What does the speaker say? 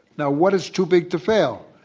now what is too big to fail?